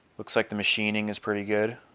looks like the machining is pretty good